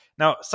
Now